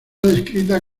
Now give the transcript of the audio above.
descrita